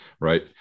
right